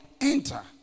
enter